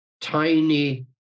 tiny